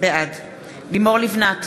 בעד לימור לבנת,